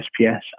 SPS